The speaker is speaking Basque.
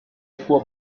aequo